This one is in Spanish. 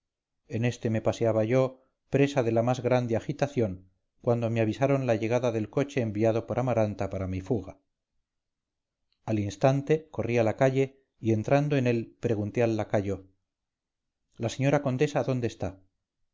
en éste me paseaba yo presa de la más grande agitación cuando me avisaron la llegada del coche enviado por amaranta para mi fuga al instante corrí a la calle y entrando en él pregunté al lacayo la señora condesa dónde está